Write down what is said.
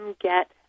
get